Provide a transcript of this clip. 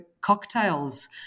cocktails